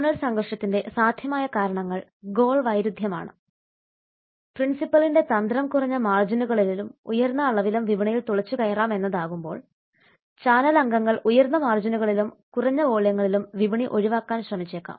channel സംഘർഷത്തിന്റെ സാധ്യമായ കാരണങ്ങൾ ഗോൾ വൈരുദ്ധ്യമാണ് പ്രിൻസിപ്പലിന്റെ തന്ത്രം കുറഞ്ഞ മാർജിനുകളിലും ഉയർന്ന അളവിലും വിപണിയിൽ തുളച്ചുകയറാം എന്നതാകുമ്പോൾ ചാനൽ അംഗങ്ങൾ ഉയർന്ന മാർജിനുകളിലും കുറഞ്ഞ വോള്യങ്ങളിലും വിപണി ഒഴിവാക്കാൻ ശ്രമിച്ചേക്കാം